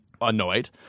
annoyed